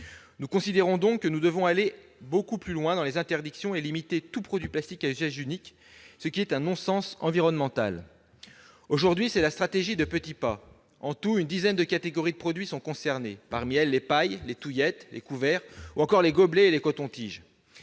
Nous considérons donc que nous devons aller beaucoup plus loin dans les interdictions et limiter tous les produits plastiques à usage unique, qui sont un non-sens environnemental. Aujourd'hui, c'est la stratégie des petits pas. En tout, une dizaine de catégories de produits est concernée. Parmi elles, les pailles, les touillettes, les couverts, ou encore les gobelets et les cotons-tiges.